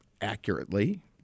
accurately